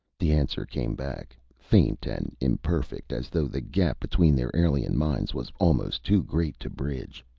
the answer came back, faint and imperfect, as though the gap between their alien minds was almost too great to bridge.